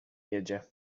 jedzie